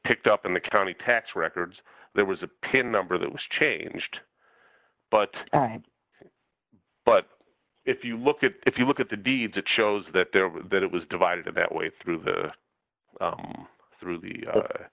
picked up in the county tax records there was a pin number that was changed but but if you look at if you look at the deeds it shows that there that it was divided that way through the through the